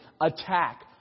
attack